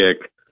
kick